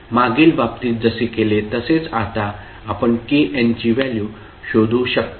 मागील बाबतीत जसे केले तसेच आता आपण kn ची व्हॅल्यू शोधू शकतो